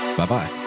bye-bye